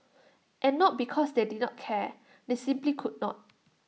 and not because they did not care they simply could not